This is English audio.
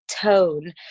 tone